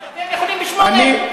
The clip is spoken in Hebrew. רק אתם יכולים ב-20:00?